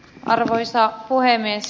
arvoisa puhemies